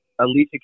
Alicia